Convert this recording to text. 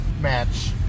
match